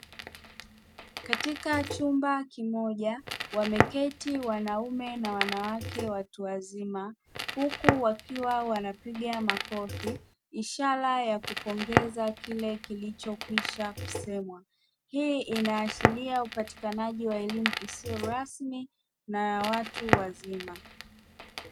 Katika chumba kimoja wameketi wanaume na wanawake watu wazima, huku wakiwa wanapiga makofi, ishara ya kupongeza kile kilichokwisha kusemwa. Hii inaashiria upatikanaji wa elimu isiyo rasmi na ya watu wazima.